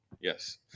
Yes